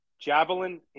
Javelin